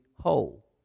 whole